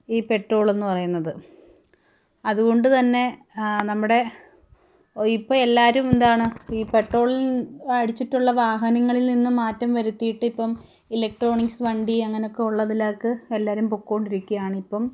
ഈ പെട്രോൾ എന്ന് പറയുന്നത് അതുകൊണ്ട് തന്നെ നമ്മുടെ ഇപ്പം എല്ലാവരും എന്താണ് ഈ പെട്രോളിൽ അടിച്ചിട്ടുള്ള വാഹനങ്ങളിൽ നിന്ന് മാറ്റം വരുത്തിയിട്ട് ഇപ്പം ഇലക്ട്രോണിക്സ് വണ്ടി അങ്ങനൊക്കെ ഉള്ളതിലേക്ക് എല്ലാവരും പോയിക്കൊണ്ടിരിക്കുകയാണ് ഇപ്പം